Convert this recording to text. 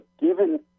given